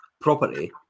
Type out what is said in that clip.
property